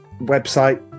website